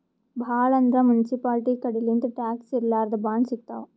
ಭಾಳ್ ಅಂದ್ರ ಮುನ್ಸಿಪಾಲ್ಟಿ ಕಡಿಲಿಂತ್ ಟ್ಯಾಕ್ಸ್ ಇರ್ಲಾರ್ದ್ ಬಾಂಡ್ ಸಿಗ್ತಾವ್